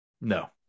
No